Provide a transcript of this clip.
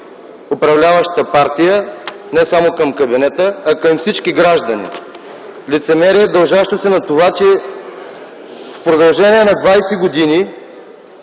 управляващата партия, не само към кабинета, а към всички граждани, лицемерие, дължащо се на това, че в продължение на двадесет години